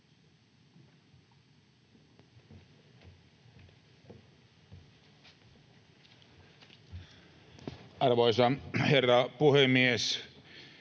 Arvoisa herra puhemies!